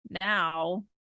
Now